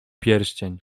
pierścień